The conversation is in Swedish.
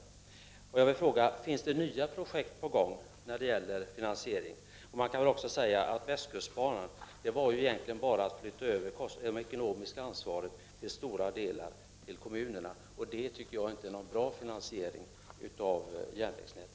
FED ERNA Jag vill fråga om det finns några nya projekt på gång när det gäller finansieringen. När det gällde Västkustbanan var det egentligen bara fråga om att till stora delar flytta över det ekonomiska ansvaret till kommunerna. Jag tycker inte att det är någon bra finansiering av järnvägsnätet.